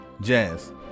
Jazz